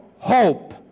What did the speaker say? hope